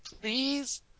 Please